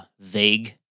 vague